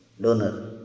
Donor